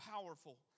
powerful